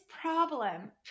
problem